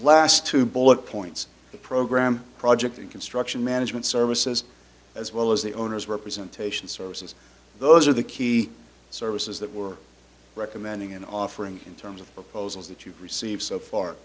last two bullet points program project and construction management services as well as the owners representation services those are the key services that we're recommending in offering in terms of proposals that you've received so far